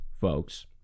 folks